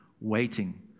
Waiting